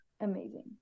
amazing